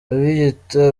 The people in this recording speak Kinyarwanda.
abiyita